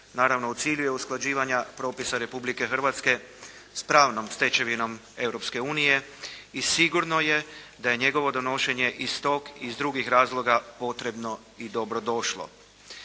Naravno, u cilju je usklađivanja propisa Republike Hrvatske s pravnom stečevinom Europske unije i sigurno je da je njegovo donošenje iz tog i iz drugih razloga potrebno i dobro došlo.